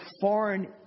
foreign